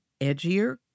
edgier